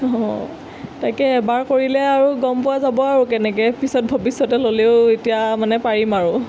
তাকে এবাৰ কৰিলে আৰু গম পোৱা যাব আৰু কেনেকৈ পিছত ভৱিষ্যতে ল'লেও এতিয়া মানে পাৰিম আৰু